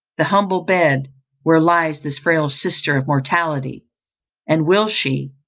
the humble bed where lies this frail sister of mortality and will she,